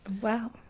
Wow